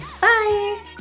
Bye